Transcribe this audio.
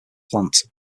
plant